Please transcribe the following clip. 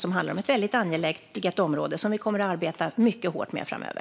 Den handlar om ett väldigt angeläget område som vi kommer att arbeta mycket hårt med framöver.